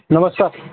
नमस्कार